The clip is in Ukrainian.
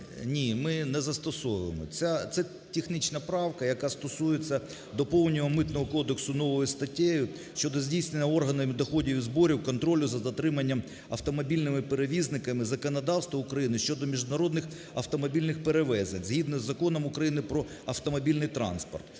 Ні, ми не застосовуємо. Це технічна правка, яка стосується доповнення Митного кодексу новою статтею щодо здійснення органами доходів і зборів контролю за дотриманням автомобільними перевізниками законодавства України щодо міжнародних автомобільних перевезень згідно з Законом України "Про автомобільний транспорт".